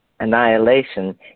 Annihilation